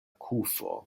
kufo